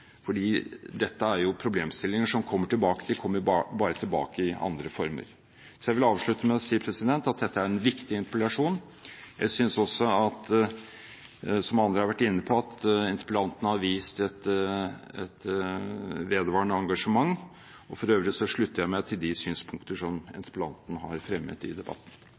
dette er problemstillinger som kommer tilbake – de kommer bare tilbake i andre former. Jeg vil avslutte med å si at dette er en viktig interpellasjon. Jeg synes også – som andre har vært inne på – at interpellanten har vist et vedvarende engasjement. For øvrig slutter jeg meg til de synspunkter som interpellanten har fremmet i debatten.